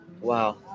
Wow